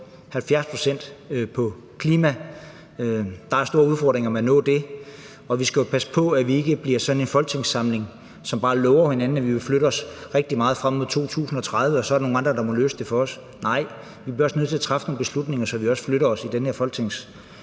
på klimaområdet. Der er store udfordringer med at nå det, og vi skal jo passe på, at vi ikke bliver sådan en folketingssamling, som bare lover hinanden, at vi vil flytte os rigtig meget frem mod 2030, og så er der nogle andre, der må løse det for os. Nej, vi bliver også nødt til at træffe nogle beslutninger, så vi også flytter os i den folketingsperiode,